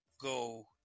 go